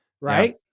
Right